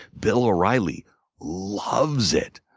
bill o'reilly loves it.